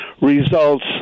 results